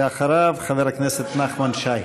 אחריו, חבר הכנסת נחמן שי.